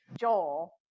Joel